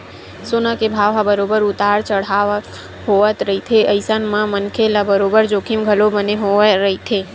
सोना के भाव ह बरोबर उतार चड़हाव होवत रहिथे अइसन म मनखे ल बरोबर जोखिम घलो बने होय रहिथे